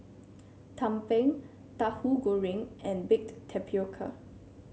tumpeng Tahu Goreng and Baked Tapioca